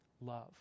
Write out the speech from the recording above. love